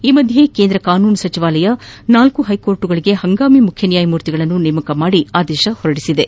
ಈ ಮಧ್ಯೆ ಕೇಂದ್ರ ಕಾನೂನು ಸಚಿವಾಲಯ ನಾಲ್ಕು ಹೈಕೋರ್ಟ್ಗಳಿಗೆ ಹಂಗಾಮಿ ಮುಖ್ಯ ನ್ಯಾಯಮೂರ್ತಿಗಳನ್ನು ನೇಮಕ ಮಾಡಿ ಆದೇಶ ಹೊರಡಿಸಿದೆ